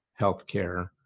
healthcare